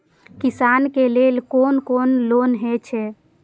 किसान के लेल कोन कोन लोन हे छे?